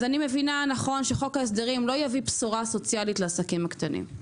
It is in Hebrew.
אני מבינה שחוק ההסדרים לא יביא בשורה סוציאלית לעסקים הקטנים.